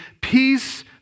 peace